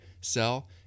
sell